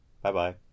Bye-bye